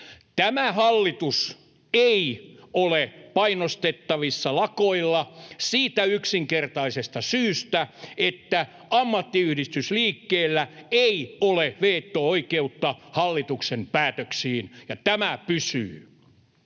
Tämä hallitus ei ole painostettavissa lakoilla siitä yksinkertaisesta syystä, että ammattiyhdistysliikkeellä ei ole veto-oikeutta hallituksen päätöksiin, ja tämä pysyy.